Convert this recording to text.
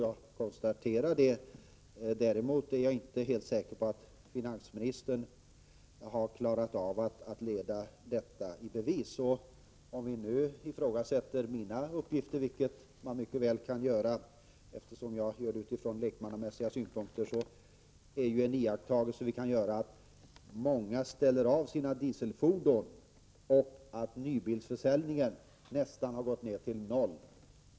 Jag är däremot inte helt säker på att finansministern har klarat av att leda detta i bevis. Mina uppgifter kan mycket väl ifrågasättas, eftersom jag utgår från lekmannamässiga synpunkter. Men en iakttagelse som kan göras är ju att många ställer av sina dieselfordon och att försäljningen av nya dieselbilar nästan har gått ned till noll.